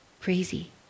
Crazy